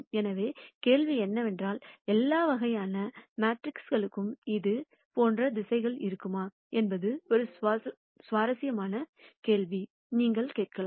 எனவே கேள்வி என்னவென்றால் எல்லா வகையான மெட்ரிக்குகளுக்கும் இது போன்ற திசைகள் இருக்குமா என்பது ஒரு சுவாரஸ்யமான கேள்வி நீங்கள் கேட்கலாம்